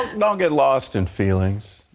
don't get lost in feelings.